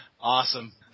Awesome